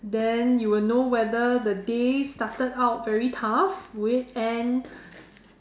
then you will know whether the day started out very tough will it end